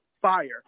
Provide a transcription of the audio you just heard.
fire